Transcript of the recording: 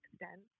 extent